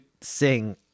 sing